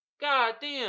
Goddamn